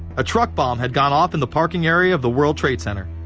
a truck bomb had gone off in the parking area of the world trade center.